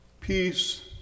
Peace